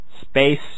Space